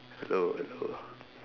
hello hello